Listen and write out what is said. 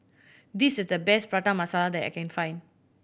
this is the best Prata Masala that I can find